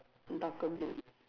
darker blue